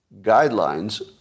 guidelines